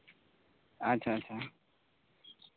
ᱟᱪᱪᱷᱟ ᱟᱪᱪᱷᱟ